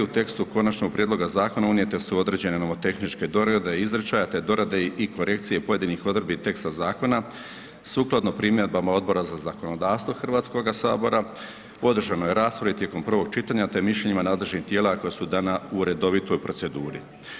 U tekstu konačnog prijedloga zakona unijete su određene novotehničke dorade izričaja te dorade i korekcije pojedinih odredbi teksta zakona, sukladno primjedbama Odbora za zakonodavstvo HS-a u održanoj raspravi tijekom prvog čitanja te mišljenjima nadležnih tijela koja su dana u redovitoj proceduri.